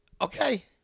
Okay